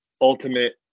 ultimate